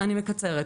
אני מקצרת.